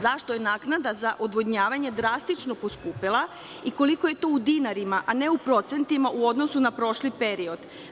Zašto je naknada za odvodnjavanje drastično poskupela i koliko je to u dinarima, a ne u procentima u odnosu na prošli period?